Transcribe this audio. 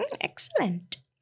Excellent